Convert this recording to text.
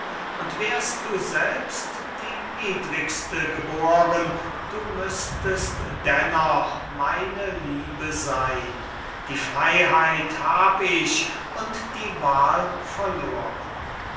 und wärst du selbst die niedrigste geboren du müßtest dennoch meine liebe sein die freiheit hab ich und die wahl verloren